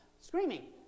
Screaming